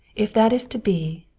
if that is to be,